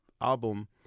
album